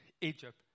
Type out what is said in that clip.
Egypt